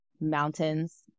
mountains